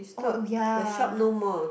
oh oh yeah